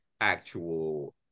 actual